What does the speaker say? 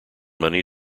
money